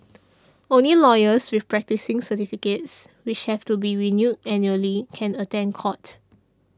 only lawyers with practising certificates which have to be renewed annually can attend court